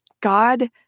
god